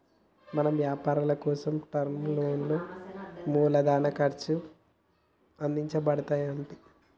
మన యపారాలకోసం టర్మ్ లోన్లా మూలదిన ఖర్చు అందించబడతాయి అంటి